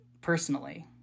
personally